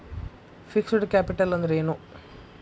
Fixed capital ಅಂದ್ರೇನು?